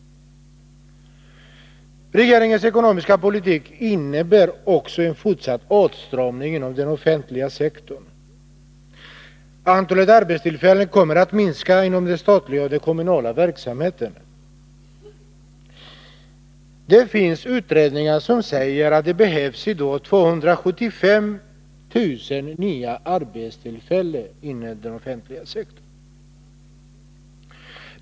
Regeringens ekonomiska politik innebär en fortsatt åtstramning inom den offentliga sektorn. Antalet arbetstillfällen kommer att minska inom den statliga och kommunala verksamheten. Det finns utredningar som säger att det i dag behövs 275 000 nya arbetstillfällen inom den offentliga sektorn.